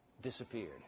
disappeared